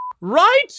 Right